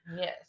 Yes